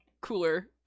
cooler